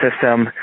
system